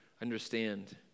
understand